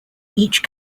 each